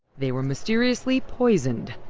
they were mysteriously poisoned.